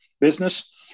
business